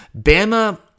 Bama